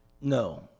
No